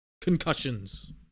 Concussions